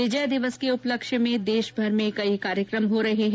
विजय दिवस के उपलक्ष्य में देशभर में कई कार्यक्रम हो रहे हैं